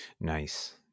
Nice